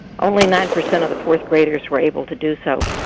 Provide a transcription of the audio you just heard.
only nine percent of the fourth graders were able to do so.